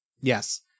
Yes